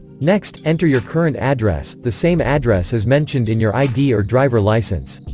next, enter your current address, the same address as mentioned in your id or driver license